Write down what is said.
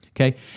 okay